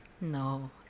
No